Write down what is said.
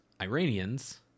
Iranians